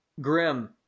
Grim